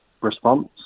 response